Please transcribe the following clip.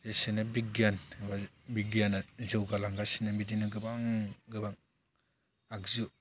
जेसेनो बिगियान बा बिगियाना जौगालांगासिनो बिदिनो गोबां गोबां आगजु